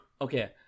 okay